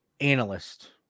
analyst